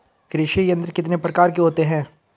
कृषि यंत्र कितने प्रकार के होते हैं?